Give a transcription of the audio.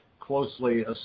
closely